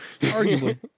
arguably